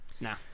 Nah